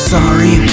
Sorry